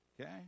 Okay